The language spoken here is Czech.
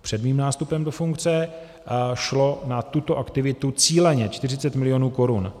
Před mým nástupem do funkce šlo na tuto aktivitu cíleně 40 milionů korun.